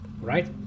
right